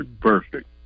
perfect